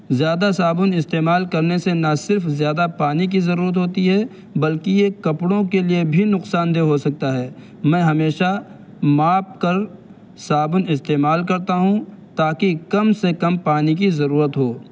زیادہ صابن استعمال کرنے سے نہ صرف زیادہ پانی کی ضرورت ہوتی ہے بلکہ یہ کپڑوں کے لیے بھی نقصان دہ ہو سکتا ہے میں ہمیشہ ماپ کر صابن استعمال کرتا ہوں تاکہ کم سے کم پانی کی ضرورت ہو